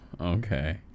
Okay